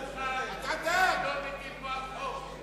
אתה תצטרך לחתום יחד אתי על החוק,